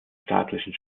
staatlichen